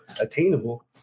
attainable